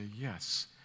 yes